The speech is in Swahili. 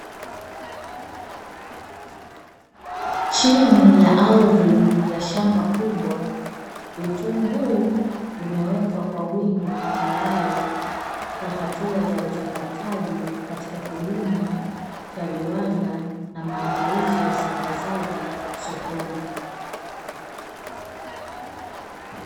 Chini ya ardhi ya shamba kubwa, vitunguu vimewekwa kwa wingi tayari kwa hatua za uchakataji katika kilimo cha viwanda, na maandalizi ya usambazaji sokoni.